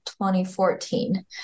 2014